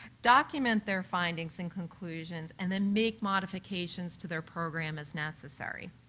document their findings and conclusions and then make modifications to their program as necessary.